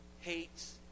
hates